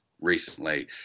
recently